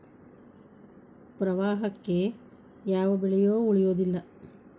ಪ್ರವಾಹಕ್ಕೆ ಯಾವ ಬೆಳೆಯು ಉಳಿಯುವುದಿಲ್ಲಾ